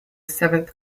seventh